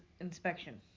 inspection